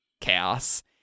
Chaos